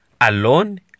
alone